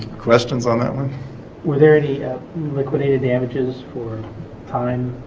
questions on that one were there any like but any damages for time